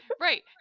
right